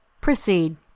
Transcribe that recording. Proceed